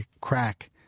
crack